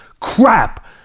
crap